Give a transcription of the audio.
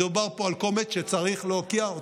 מדובר פה על קומץ שצריך להוקיע.